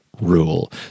rule